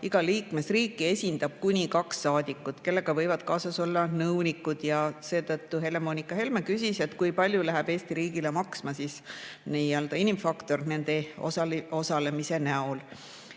iga liikmesriiki esindab kuni kaks saadikut, kellega võivad kaasas olla nõunikud. Seetõttu Helle-Moonika Helme küsis, kui palju läheb Eesti riigile maksma nii-öelda inimfaktor nende osalemise näol.